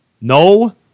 No